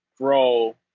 grow